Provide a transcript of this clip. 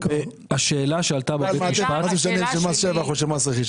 מה זה משנה אם זה מס שבח או מס רכישה?